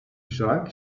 schrank